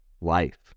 life